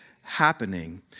happening